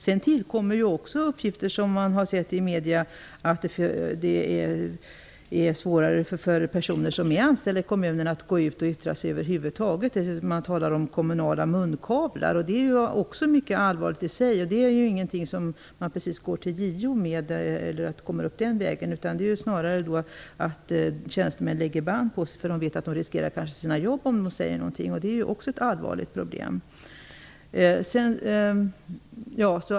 Sedan har det också framkommit av uppgifter i medier att det har blivit svårare för personer som är anställda i kommunerna att gå ut och yttra sig över huvud taget. Man talar om kommunala munkavlar, och det är mycket allvarligt i sig. Det är ju ingenting som kommer fram via JO. Det är snarare så, att tjänstemän lägger band på sig, eftersom de vet att de kanske riskerar sina jobb om de säger någonting, och det är också ett allvarligt problem.